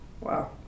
Wow